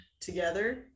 together